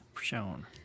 shown